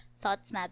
thoughts